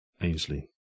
Ainsley